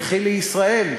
וכי לישראל,